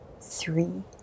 three